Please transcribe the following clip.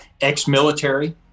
ex-military